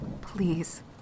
Please